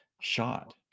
shot